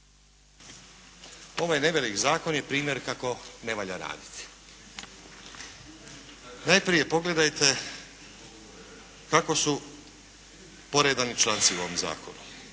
Ovaj nevelik zakon je primjer kako ne valja raditi. Najprije pogledajte kako su poredani članci u ovom zakonu.